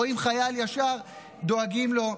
רואים חייל וישר דואגים לו,